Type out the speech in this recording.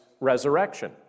resurrection